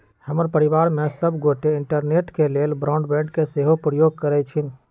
हमर परिवार में सभ गोटे इंटरनेट के लेल ब्रॉडबैंड के सेहो प्रयोग करइ छिन्ह